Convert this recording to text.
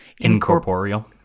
Incorporeal